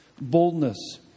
boldness